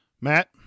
Matt